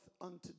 unto